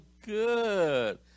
good